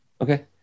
Okay